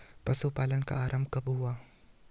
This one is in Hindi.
पशुपालन का प्रारंभ कब हुआ?